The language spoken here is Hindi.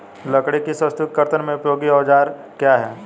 लकड़ी की वस्तु के कर्तन में उपयोगी औजार क्या हैं?